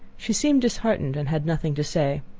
she seemed disheartened, and had nothing to say.